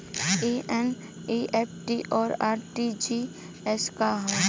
ई एन.ई.एफ.टी और आर.टी.जी.एस का ह?